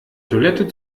toilette